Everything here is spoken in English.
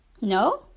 No